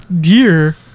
Dear